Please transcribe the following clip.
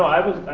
i was,